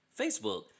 Facebook